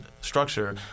structure